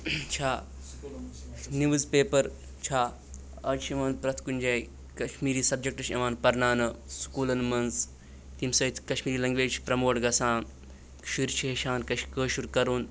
چھا news paper چھا آز چھِ یِوان پرٛٮ۪تھ کُنہِ جایہِ کَشمیٖری سَبجَکٹ چھِ یِوان پَرناونہٕ سکوٗلَن منٛز ییٚمہِ سۭتۍ کَشمیٖری لٮ۪نٛگویج چھِ پرٛموٹ گَژھان شُرۍ چھِ ہیٚچھان کٲشُر کَرُن